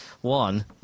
One